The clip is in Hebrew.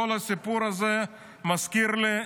כל הסיפור הזה מזכיר לי,